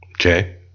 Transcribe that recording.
Okay